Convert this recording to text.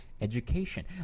education